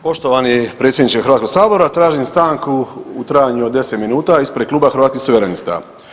Poštovani predsjedniče Hrvatskog sabora, tražim stanku u trajanju od 10 minuta ispred Kluba Hrvatskih suverenista.